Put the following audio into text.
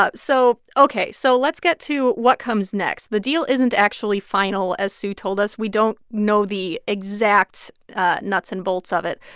ah so ok. so let's get to what comes next. the deal isn't actually final, as sue told us. we don't know the exact nuts and bolts of it.